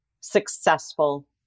successful